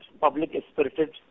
public-spirited